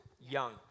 young